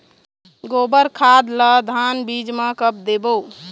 गोबर खाद ला धान बीज म कब देबो?